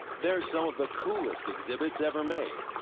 they're some of the coolest exhibits ever made,